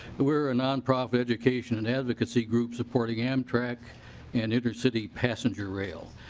were ah nonprofit education and advocacy group supporting amtrak and inner-city passenger rail.